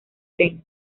tren